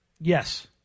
Yes